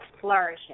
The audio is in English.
flourishing